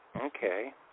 Okay